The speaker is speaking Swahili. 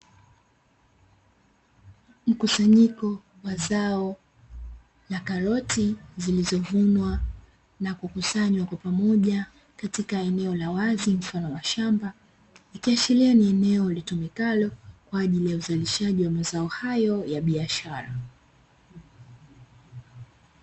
Mkusanyiko wa zao la karoti, zilizovunwa na kukusanywa kwa pamoja katika eneo la wazi mfano wa shamba, ikiashiriani eneo litumikalo kwa ajili ya uzalishaji wa mazao hayo ya biashara.